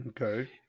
Okay